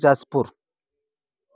Jajpur